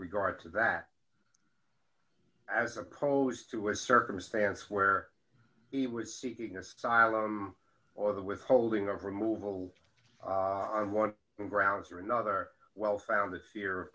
regard to that as opposed to a circumstance where he was seeking asylum or the withholding of removal on one grounds or another well founded fear of